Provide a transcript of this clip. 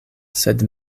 sed